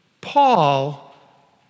Paul